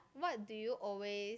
what do you always